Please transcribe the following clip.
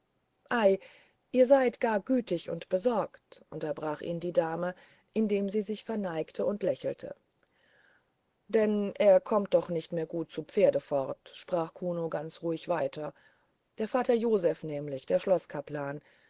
ihr seid gar gütig und besorgt unterbrach ihn die dame indem sie sich verneigte und lächelte denn er kommt doch nicht mehr gut zu pferde fort sprach kuno ganz ruhig weiter der vater joseph nämlich der